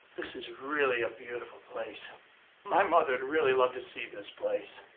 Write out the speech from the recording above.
this is really a beautiful place my mother would really love to see this place.